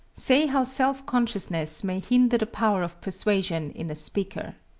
say how self-consciousness may hinder the power of persuasion in a speaker.